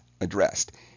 addressed